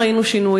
ראינו שינוי,